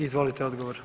Izvolite, odgovor.